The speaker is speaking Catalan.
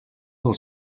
del